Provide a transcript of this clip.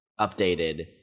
updated